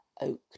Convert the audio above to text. oak